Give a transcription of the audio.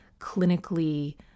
clinically